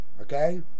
Okay